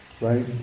Right